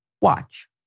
Watch